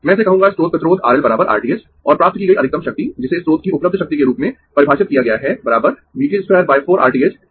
मैं इसे कहूंगा स्रोत प्रतिरोध R L R t h और प्राप्त की गई अधिकतम शक्ति जिसे स्रोत की उपलब्ध शक्ति के रूप में परिभाषित किया गया है V t h 24 R t h यह उपलब्ध शक्ति है